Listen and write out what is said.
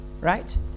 right